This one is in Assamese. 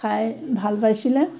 খাই ভাল পাইছিলে